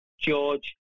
George